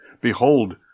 Behold